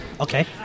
Okay